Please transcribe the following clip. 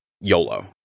YOLO